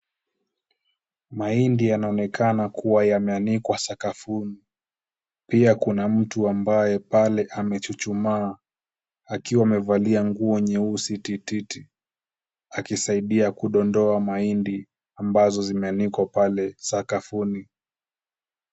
Mahindi yanaoneka kuwa yameanikwa sakafuni, pia kuna mtu ambaye pale amechuchumaa akiwa amevalia nguo nyeusi tititi, akisaidia kudondoa mahindi ambayo yameanikwa pale sakafuni.